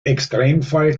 extremfall